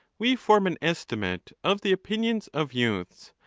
we form an estimate of the opinions of youths,